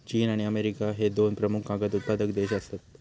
चीन आणि अमेरिका ह्ये दोन प्रमुख कागद उत्पादक देश आसत